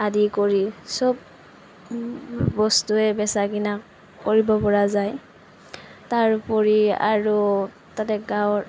আদি কৰি চব বস্তুয়ে বেচা কিনা কৰিব পৰা যায় তাৰ উপৰি আৰু তাতে গাঁৱৰ